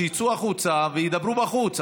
שיצאו החוצה וידברו בחוץ.